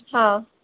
हां